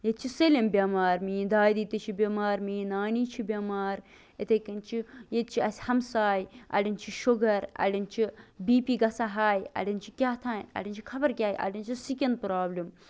ییٚتہِ چھِ سٲلِم بیمار میٲنۍ دادی تہِ چھِ بیمار میٲنۍ نانی چھِ بیمار یِتھٕے کَنۍ چھِ ییٚتہِ چھِ اَسہِ ہَمساے اَڑین چھُ شُگر اَڑین چھُ بی پی گژھان ہاے اَڑین چھُ کیاہ تام اَڑین چھُ خبر کیاہ اَڑین چھُ سِکِن پروبلِم